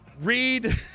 Read